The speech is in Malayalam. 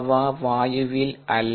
അവ വായുവിൽ അല്ല